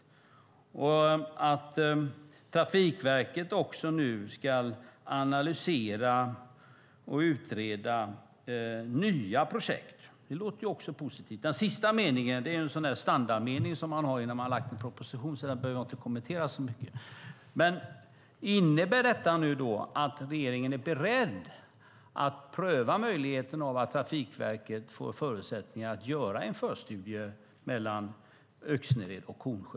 Det sägs också att Trafikverket nu ska analysera och utreda nya projekt. Det låter ju också positivt. Den sista meningen är en sådan där standardmening som man har innan man har lagt fram en proposition så den behöver jag inte kommentera så mycket. Innebär detta att regeringen nu är beredd att pröva möjligheten att Trafikverket får förutsättningar att göra en förstudie av sträckan mellan Öxnered och Kornsjö?